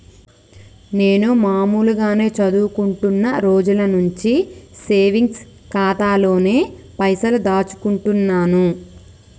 నేను మామూలుగానే చదువుకుంటున్న రోజుల నుంచి సేవింగ్స్ ఖాతాలోనే పైసలు దాచుకుంటున్నాను